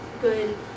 good